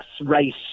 race